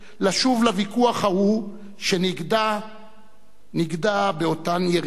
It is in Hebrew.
לשוב לוויכוח ההוא, שנגדע באותן יריות